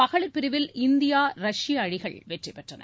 மகளிர் பிரிவில் India Russia அணிகள் வெற்றி பெற்றன